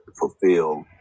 fulfill